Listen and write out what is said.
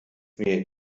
mir